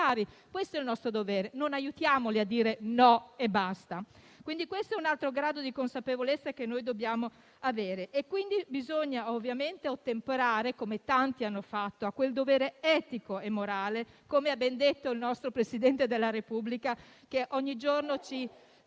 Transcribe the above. Questo è il nostro dovere. Non aiutiamoli a dire no e basta. Questo è un altro grado di consapevolezza che dobbiamo avere. Bisogna ottemperare, come tanti hanno fatto, a quel dovere etico e morale - come ha ben detto il nostro Presidente della Repubblica, che ogni giorno ci